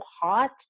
hot